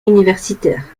universitaires